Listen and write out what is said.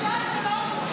בשעה 15:00,